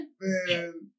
man